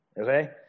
okay